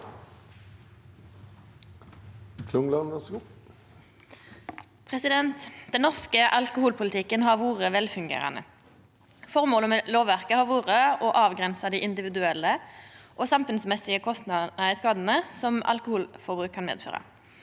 Den norske alkoholpolitikken har vore velfungerande. Føremålet med lovverket har vore å avgrensa dei individuelle og samfunnsmessige skadane som alkoholforbruk kan medføra.